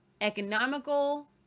economical